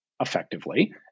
effectively